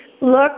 look